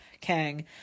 kang